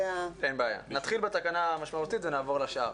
אין בעיה, נתחיל בתקנה המשמעותית ונעבור לשאר.